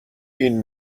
این